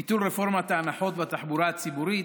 ביטול רפורמת ההנחות בתחבורה הציבורית,